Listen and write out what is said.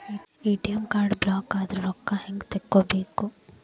ATM card ಬ್ಲಾಕದ್ರ ರೊಕ್ಕಾ ಹೆಂಗ್ ತಕ್ಕೊಬೇಕು?